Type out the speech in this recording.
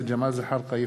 ג'מאל זחאלקה,